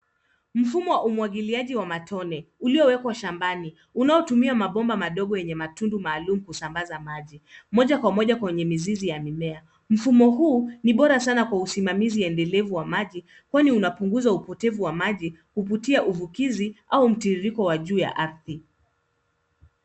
Mfumo wa umwagiliaji wa matone uliowekwa shambani unaotumia mabomba madogo yenye matundu maalum kusambaza maji moja kwa moja kwenye mizizi ya mimea. Mfumo ni bora sana kwa usimamizi endelevu wa maji kwani unapunguza upotevu wa maji kupitia uvukizi au mtiririko wa juu ya ardhi.